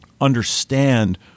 understand